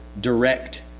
direct